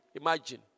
Imagine